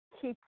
keep